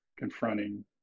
confronting